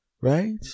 right